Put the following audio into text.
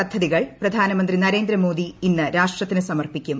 പദ്ധതികൾ പ്രധാന മന്ത്രി നരേന്ദ്രമോദി ഇന്ന് രാഷ്ട്രത്തിന് സമർപ്പിക്കും